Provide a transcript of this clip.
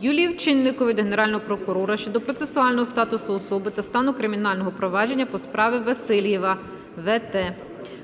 Юлії Овчинникової до Генерального прокурора щодо процесуального статусу особи та стану кримінального провадження по справі Васільєва В.Т.